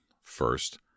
first